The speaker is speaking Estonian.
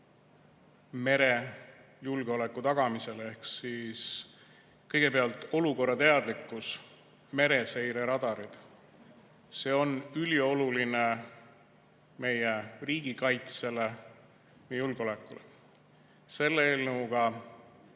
merejulgeoleku tagamisel ehk kõigepealt olukorrateadlikkus, mereseire radarid. See on ülioluline meie riigikaitsele, meie julgeolekule. Selle eelnõuga